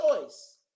choice